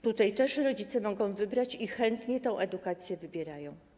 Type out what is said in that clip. Tutaj też rodzice mogą wybrać i chętnie tę edukację wybierają.